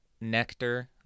nectar